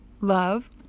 love